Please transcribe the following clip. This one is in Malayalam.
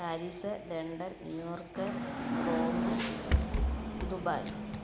Paris London New York Rome Dubai